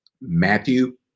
Matthew